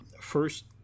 first